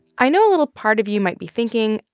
i know a little part of you might be thinking,